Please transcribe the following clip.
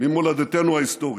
ממולדתנו ההיסטורית.